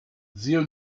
zio